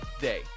day